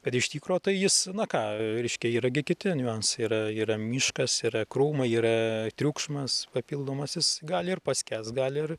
kad iš tikro tai jis na ką reiškia yra gi kiti niuansai yra yra miškas yra krūmai yra triukšmas papildomas jis gali ir paskęst gali ir